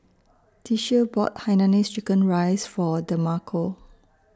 Tishie bought Hainanese Chicken Rice For Demarco